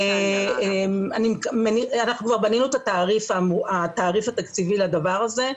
אנחנו כבר בנינו את התעריף התקציבי לדבר הזה,